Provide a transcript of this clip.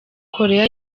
koreya